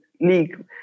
league